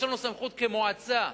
יש לנו סמכות כמועצה,